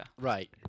Right